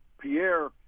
Pierre